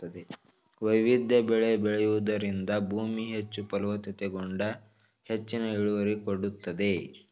ವೈವಿಧ್ಯ ಬೆಳೆ ಬೆಳೆಯೂದರಿಂದ ಭೂಮಿ ಹೆಚ್ಚು ಫಲವತ್ತತೆಗೊಂಡು ಹೆಚ್ಚಿನ ಇಳುವರಿ ಕೊಡುತ್ತದೆ